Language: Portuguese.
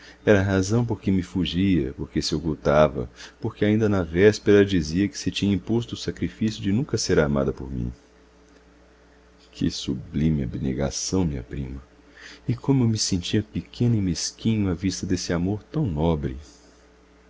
era a razão por que me fugia por que se ocultava por que ainda na véspera dizia que se tinha imposto o sacrifício de nunca ser amada por mim que sublime abnegação minha prima e como eu me sentia pequeno e mesquinho à vista desse amor tão nobre